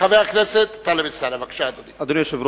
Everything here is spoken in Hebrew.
חבר הכנסת טלב אלסאנע, בבקשה, אדוני.